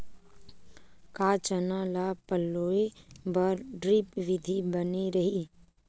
का चना ल पलोय बर ड्रिप विधी बने रही?